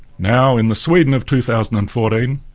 now in the sweden of two thousand and fourteen,